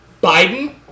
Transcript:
biden